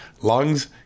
lungs